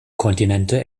kontinente